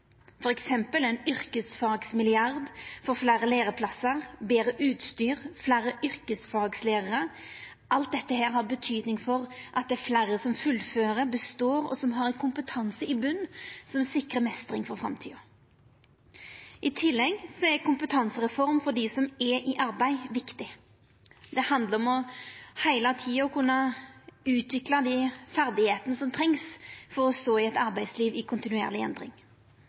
ein yrkesfagmilliard for fleire læreplassar, betre utstyr, fleire yrkesfaglærarar. Alt dette har betyding for at det er fleire som fullfører, som består, og som har ein kompetanse i botnen som sikrar meistring for framtida. I tillegg er kompetansereform for dei som er i arbeid, viktig. Det handlar om heile tida å kunna utvikla dei ferdigheitene som trengst for å stå i eit arbeidsliv i kontinuerleg endring.